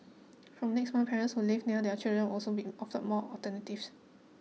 from next month parents who live near their children also be offered more alternatives